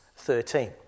13